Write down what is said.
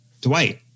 Dwight